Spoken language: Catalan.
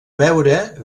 beure